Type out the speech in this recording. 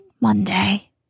Monday